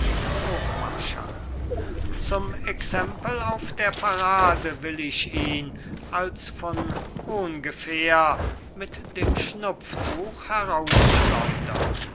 hofmarschall zum exempel auf der parade will ich ihn als von ungefähr mit dem